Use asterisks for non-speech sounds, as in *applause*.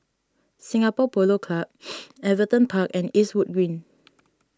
Singapore Polo Club *noise* Everton Park and Eastwood Green